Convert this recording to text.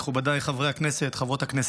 מכובדיי חברי הכנסת וחברות הכנסת,